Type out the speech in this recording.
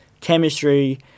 chemistry